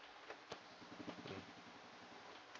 mm